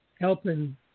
helping